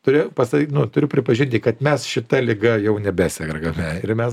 turi pasa nu turiu pripažinti kad mes šita liga jau nebesergame ir mes